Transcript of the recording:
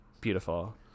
Beautiful